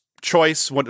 choice